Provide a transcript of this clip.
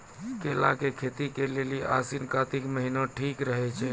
केला के खेती के लेली आसिन कातिक महीना ठीक रहै छै